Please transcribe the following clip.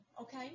Okay